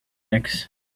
mix